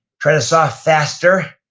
try to saw faster,